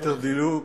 ליתר דיוק,